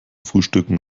frühstücken